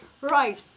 Right